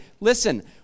Listen